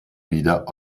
wieder